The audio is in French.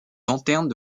lanternes